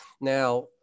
Now